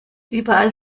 überall